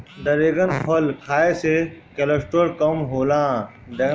dragon फल खाए से कोलेस्ट्राल कम होला